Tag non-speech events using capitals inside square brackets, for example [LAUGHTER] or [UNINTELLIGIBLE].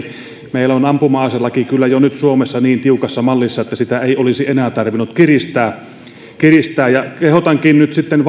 meillä on ampuma aselaki kyllä jo nyt suomessa niin tiukassa mallissa että sitä ei olisi enää tarvinnut kiristää kiristää kehotankin nyt sitten [UNINTELLIGIBLE]